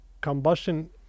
combustion